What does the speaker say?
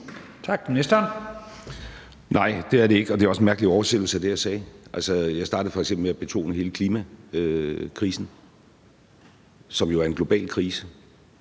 Rasmussen): Nej, det er det ikke, og det er også en mærkelig oversættelse af det, jeg sagde. Jeg startede f.eks. med at betone hele klimakrisen, som jo er en global krise.